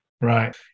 Right